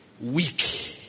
weak